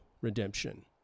Redemption